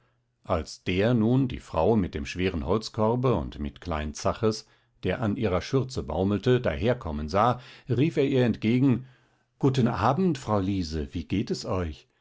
als der nun die frau mit dem schweren holzkorbe und mit klein zaches der an ihrer schürze baumelte daherkommen sah rief er ihr entgegen guten abend frau liese wie geht es euch